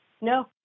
No